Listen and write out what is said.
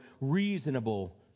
reasonable